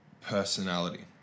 personality